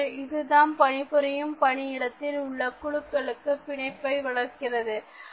ஏனெனில் இதுதாம் பணிபுரியும் பணியிடத்தில் உள்ள குழுக்களுக்குள் பிணைப்பை வளர்க்கிறது